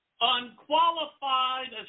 Unqualified